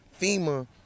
FEMA